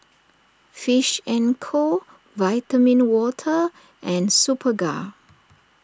Fish and Co Vitamin Water and Superga